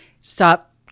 Stop